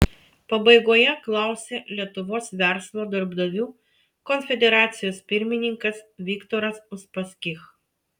pabaigoje klausė lietuvos verslo darbdavių konfederacijos pirmininkas viktoras uspaskich